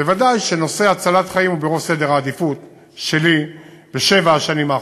בוודאי שנושא הצלת חיים הוא בראש סדר העדיפות שלי בשבע השנים האחרונות,